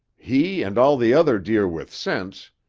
he and all the other deer with sense,